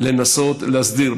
לנסות להסדיר.